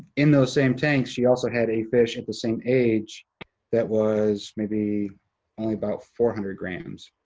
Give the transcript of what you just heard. in those same tanks, she also had a fish at the same age that was maybe only about four hundred grams.